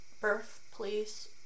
Birthplace